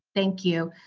thank you.